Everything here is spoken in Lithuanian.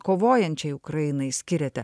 kovojančiai ukrainai skiriate